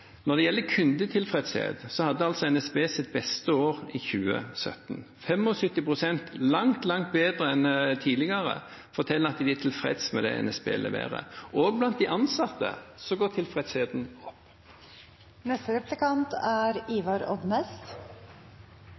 når det gjelder kundetilfredshet, hadde NSB sitt beste år i 2017. 75 pst. – noe som er en langt høyere andel enn tidligere – forteller at de er tilfreds med det NSB leverer. Også blant de ansatte går tilfredsheten